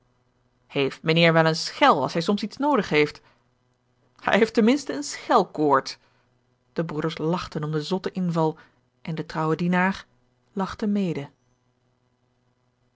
heeft mijnheer wel eene schel als hij soms iets noodig heeft hij heeft ten minste eene schelkoord de broeders lachten om den zotten inval en de trouwe dienaar lachte mede